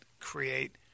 create